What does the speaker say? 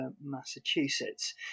massachusetts